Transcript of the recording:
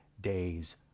days